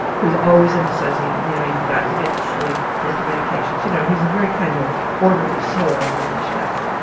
he was always emphasising, you know you've got to get sleep, take your medications you know he was a very kind of orderly soul in many respects.